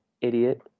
idiot